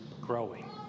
growing